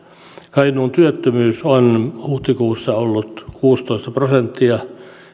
kainuun työttömyys on huhtikuussa ollut kuusitoista prosenttia